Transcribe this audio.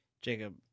Jacob